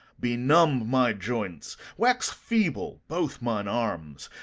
be numb my joints, wax feeble both mine arms,